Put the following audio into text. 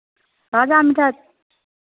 ताजा मिठाइ